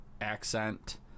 accent